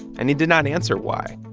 and he did not answer why.